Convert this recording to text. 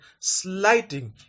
sliding